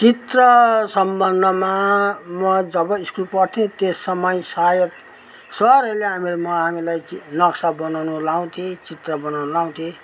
चित्र सम्बन्धमा म जब स्कुल पढ्थेँ त्यस समय सायद सरहरूले म हाम हामीलाई नक्सा बनाउन लगाउँथ्ये चित्र बनाउन लाउँथेँ